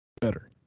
better